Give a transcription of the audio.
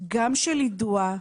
גם של יידוע,